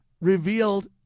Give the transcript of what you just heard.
revealed